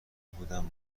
بودم